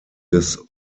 des